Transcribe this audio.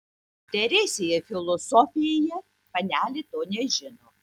teresėje filosofėje panelė to nežino